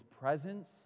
presence